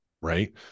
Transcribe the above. right